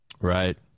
Right